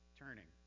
turning